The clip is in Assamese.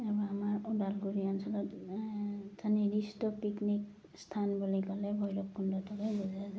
এই আমাৰ ওদালগুৰি অঞ্চলত এই নিৰ্দিষ্ট পিকনিক স্থান বুলি ক'লে ভৈৰৱকুণ্ডটোকে বুজা যায়